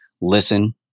Listen